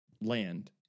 land